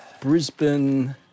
Brisbane